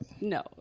No